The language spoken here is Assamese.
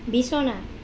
বিছনা